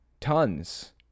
Tons